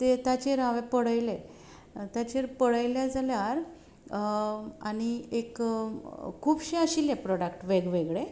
ते ताचेर हांवें पळयले ताचेर पळयले जाल्यार आनी एक खुबशे आशिल्ले प्रोडक्ट वेगवेगळे